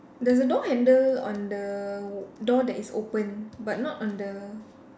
there's a door handle on the door that is open but not on the